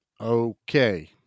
Okay